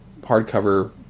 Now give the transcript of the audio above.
hardcover